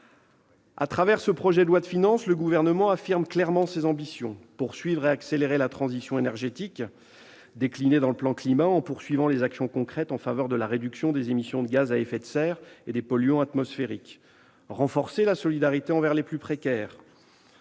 Au travers de ce projet de loi de finances, le Gouvernement affirme clairement ses ambitions. Il s'agit de poursuivre et d'accélérer la transition énergétique déclinée dans le plan Climat en poursuivant les actions concrètes en faveur de la réduction des émissions de gaz à effet de serre et des polluants atmosphériques. Il s'agit également de renforcer la solidarité envers les plus précaires,